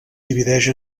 divideix